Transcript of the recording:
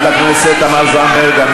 חברת הכנסת תמר זנדברג,